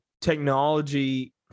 technology